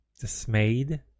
dismayed